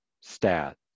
stat